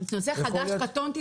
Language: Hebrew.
נושא חדש, קטונתי.